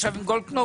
אבטחת מזרח ירושלים.